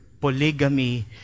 Polygamy